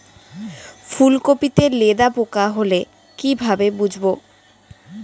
ফুলকপিতে লেদা পোকা হলে কি ভাবে বুঝবো?